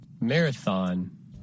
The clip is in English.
Marathon